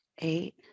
eight